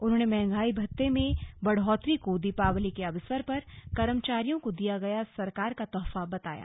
उन्होंने महंगाई भत्ते में बढ़ोतरी को दीपावली के अवसर पर कर्मचारियों को दिया गया सरकार का तोहफा बताया